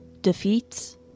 Defeats